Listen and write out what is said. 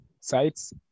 sites